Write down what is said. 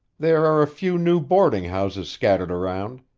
there are a few new boarding houses scattered around,